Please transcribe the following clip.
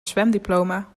zwemdiploma